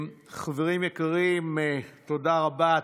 חברים יקרים, תודה רבה.